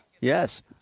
Yes